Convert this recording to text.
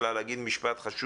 נמצאת.